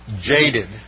jaded